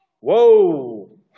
Whoa